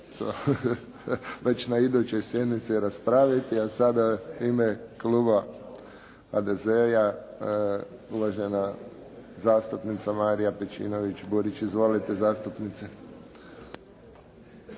već na idućoj sjednici raspraviti. A sada u ime kluba HDZ-a uvažena zastupnica Marija Pejčinović Burić. Izvolite zastupnice.